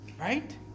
Right